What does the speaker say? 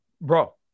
bro